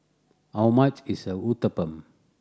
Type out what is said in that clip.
how much is Uthapam